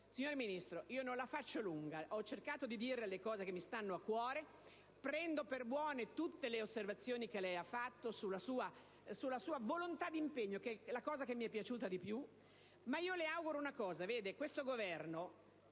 Signor Ministro, non la faccio lunga; ho cercato di dire le cose che mi stanno a cuore. Prendo per buone tutte le indicazioni che ha dato sulla sua volontà d'impegno, che è l'aspetto che mi è piaciuto di più, ma le faccio un augurio. Questo Governo